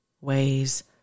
ways